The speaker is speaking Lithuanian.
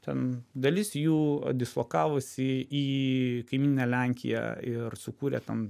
ten dalis jų dislokavosi į kaimyninę lenkiją ir sukūrė ten